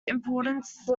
importance